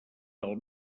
del